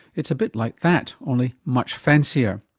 it's a bit like that only much fancier.